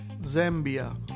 Zambia